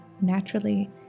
naturally